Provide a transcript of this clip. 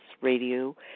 radio